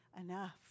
enough